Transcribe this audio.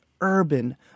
urban